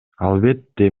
албетте